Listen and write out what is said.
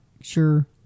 sure